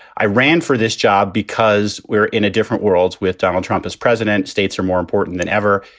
i ran for this job because we're in a different worlds with donald trump as president. states are more important than ever.